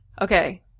Okay